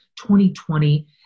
2020